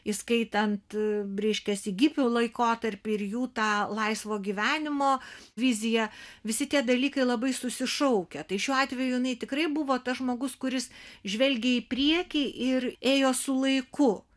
įskaitant reiškiasi hipių laikotarpį ir jų tą laisvo gyvenimo viziją visi tie dalykai labai susišaukia tai šiuo atveju jinai tikrai buvo tas žmogus kuris žvelgė į priekį ir ėjo su laiku